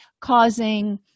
causing